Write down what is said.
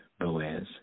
Boaz